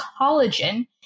collagen